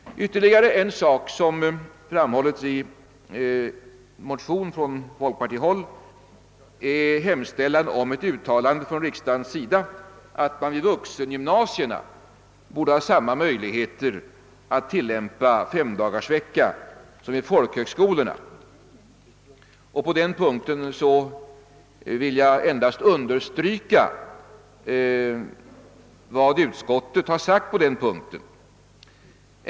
I en motion från folkpartihåll har hemställts om ett uttalande från riksdagens sida att man vid vuxengymnasierna borde ha samma möjligheter att tilllämpa femdagarsvecka som vid folk högskolorna. På den punkten vill jag endast understryka vad utskottet har anfört.